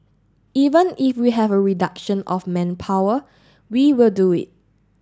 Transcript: even if we have a reduction of manpower we will do it